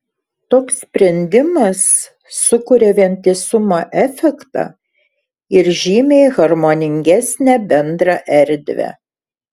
toks sprendimas sukuria vientisumo efektą ir žymiai harmoningesnę bendrą erdvę